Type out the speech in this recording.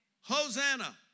Hosanna